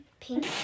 Pink